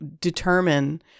determine